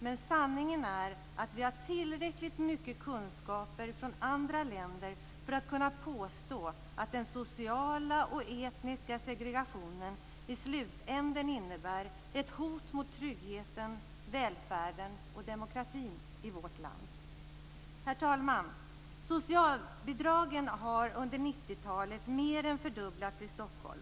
Men sanningen är att vi har tillräckligt mycket kunskaper från andra länder för att kunna påstå att den sociala och etniska segregationen i slutänden innebär ett hot mot tryggheten, välfärden och demokratin i vårt land. Herr talman! Socialbidragen har under 90-talet mer än fördubblats i Stockholm.